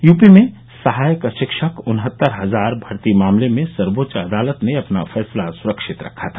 UP में सहायक शिक्षक उन्हत्तर हजार भर्ती मामले में सर्वोच्च आदालत ने अपना फैसला सुरक्षित रखा था